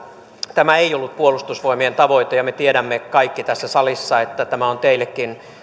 tämä ei ollut puolustusvoimien tavoite ja me tiedämme kaikki tässä salissa että tämä on teillekin